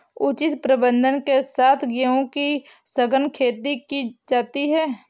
उचित प्रबंधन के साथ गेहूं की सघन खेती की जाती है